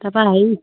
তাৰ পৰা হেৰি